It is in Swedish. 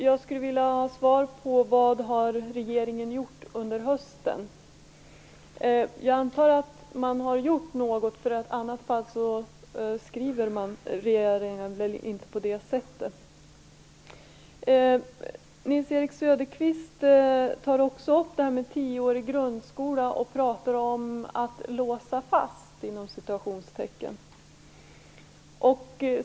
Jag skulle vilja ha svar på vad regeringen har gjort under hösten. Jag antar att man har gjort något, i annat fall skriver man inte på det sättet. Nils-Erik Söderqvist tar upp frågan om tioårig grundskola och talar om att "låsa fast".